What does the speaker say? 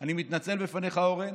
אני מתנצל בפניך, אורן,